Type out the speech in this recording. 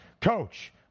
coach